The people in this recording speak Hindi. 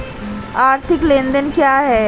आर्थिक लेनदेन क्या है?